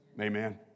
Amen